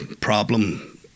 problem